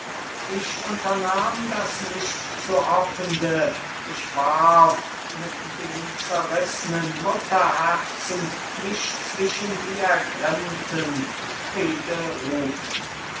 ich unternahm das nicht zu hoffende ich warf mit dem zerrißnen mutterherzen mich zwischen die ergrimmten frieden rufend unabgeschreckt